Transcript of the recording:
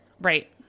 Right